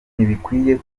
ntibikwiye